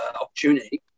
opportunity